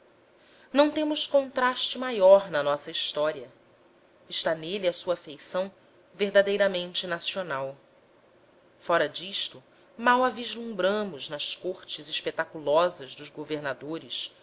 não temos contraste maior na nossa história está nele a sua feição verdadeiramente nacional fora disto mal a vislumbramos nas cortes espetaculosas dos governadores